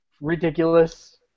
ridiculous